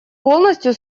полностью